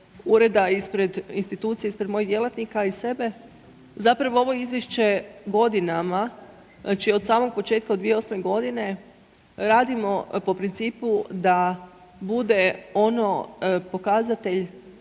ureda, ispred institucije, ispred mojih djelatnika i sebe, zapravo ovo izvješće godinama, znači od samog početka, od 2008. godine radimo po principu da bude ono pokazatelj